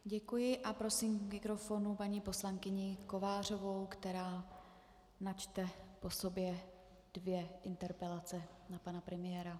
Děkuji a prosím k mikrofonu paní poslankyni Kovářovou, která načte po sobě dvě interpelace na pana premiéra.